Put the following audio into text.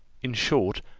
in short,